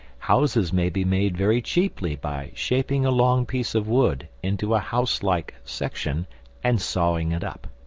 houses may be made very cheaply by shaping a long piece of wood into a house-like section and sawing it up.